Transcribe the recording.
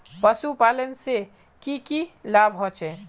पशुपालन से की की लाभ होचे?